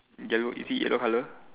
yellow is it yellow colour